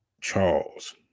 Charles